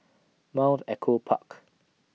Mount Echo Park